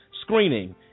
screening